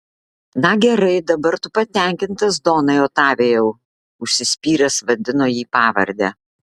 na gerai dabar tu patenkintas donai otavijau užsispyręs vadino jį pavarde